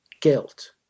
Guilt